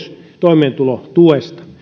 toimeentulotuesta niin